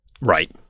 Right